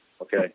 okay